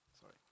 Sorry